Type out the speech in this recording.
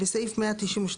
בסעיף 192,